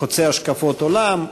חוצה השקפות עולם,